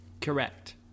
Correct